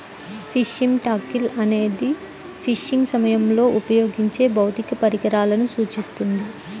fishing tackle అనేది fishing సమయంలో ఉపయోగించే భౌతిక పరికరాలను సూచిస్తుంది